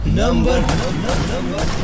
number